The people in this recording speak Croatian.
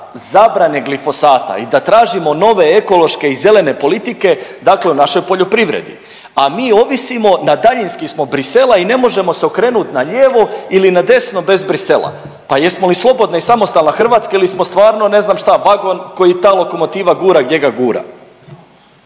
zabrane glifosata i da tražimo nove ekološke i zelene politike dakle u našoj poljoprivredi, a mi ovisimo, na daljinski smo Bruxellesa i ne možemo se okrenut nalijevo ili nadesno bez Bruxellesa. Pa jesmo li slobodni i samostalna Hrvatska ili smo stvarno, ne znam šta, vagon koji ta lokomotiva gura gdje ga gura?